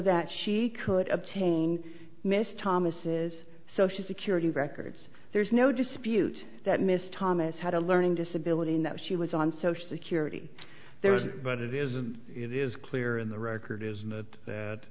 that she could obtain miss thomas social security records there's no dispute that miss thomas had a learning disability and that she was on social security there was but it isn't it is clear in the record is